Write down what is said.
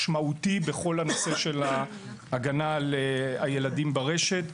משמעותי בכל הנושא של הגנה על ילדים ברשת.